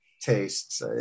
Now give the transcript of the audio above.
tastes